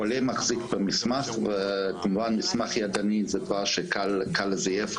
החולק מחזיק במסמך, ומסמך ידני זה דבר שקל לזייף.